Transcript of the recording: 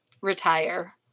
retire